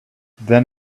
then